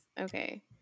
Okay